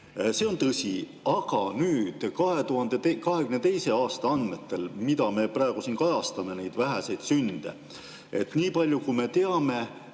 See on tõsi. Aga 2022. aasta andmete järgi – mida me praegu siin kajastame, neid väheseid sünde –, niipalju kui me teame,